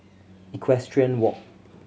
Equestrian Walk